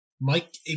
Mike